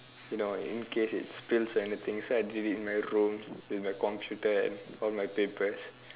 you know in case it spills anything so I did it in my room with my computer and all my papers